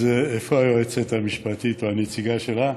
אז איפה היועצת המשפטית, או הנציגה שלה?